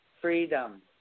freedom